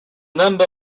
number